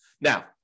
Now